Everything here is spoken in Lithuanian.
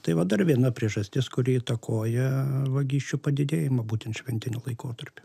tai va dar viena priežastis kuri įtakoja vagysčių padidėjimą būtent šventiniu laikotarpiu